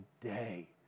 day